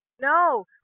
no